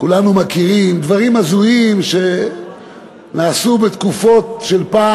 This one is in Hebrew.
כולנו מכירים דברים הזויים שנעשו פעם,